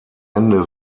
ende